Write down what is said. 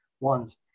ones